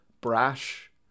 brash